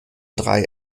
drei